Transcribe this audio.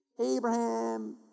Abraham